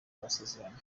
amasezerano